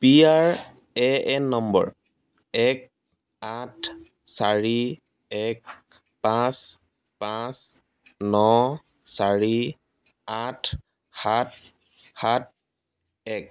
P R A N number এক আঠ চাৰি এক পাঁচ পাঁচ ন চাৰি আঠ সাত সাত এক